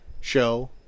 show